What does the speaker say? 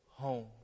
Home